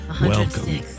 Welcome